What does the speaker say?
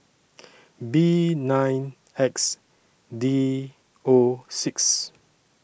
B nine X D O six